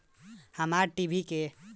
हमार टी.वी के डी.टी.एच के रीचार्ज कईसे करेम?